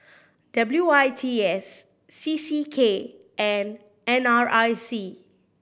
W I T S C C K and N R I C